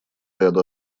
ряду